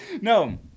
No